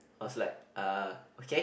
I was like uh okay